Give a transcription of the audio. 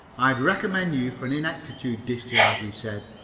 i'd recommend you for an ineptitude discharge, he said,